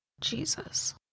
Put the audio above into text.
Jesus